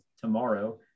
tomorrow